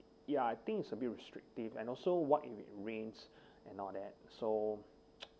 ya I think it's a bit restrictive and also what if it rains and all that so